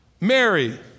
Mary